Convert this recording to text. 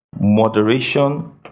Moderation